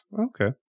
Okay